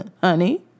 honey